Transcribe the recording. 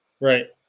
right